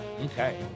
okay